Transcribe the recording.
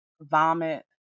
vomit